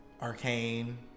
Arcane